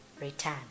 return